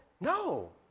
No